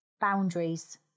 Boundaries